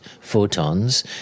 photons